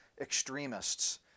extremists